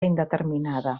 indeterminada